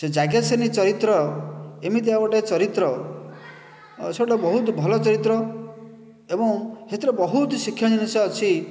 ସେଇ ଯାଜ୍ଞସେନୀ ଚରିତ୍ର ଏମିତିକିଆ ଗୋଟେ ଚରିତ୍ର ସେଇଟା ଗୋଟେ ବହୁତ ଭଲ ଚରିତ୍ର ଏବଂ ସେଥିରେ ବହୁତ ଶିକ୍ଷଣୀୟ ଜିନିଷ ଅଛି